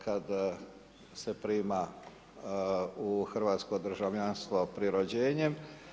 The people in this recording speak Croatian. Kada se prima u hrvatsko državljanstvo pri rođenjem.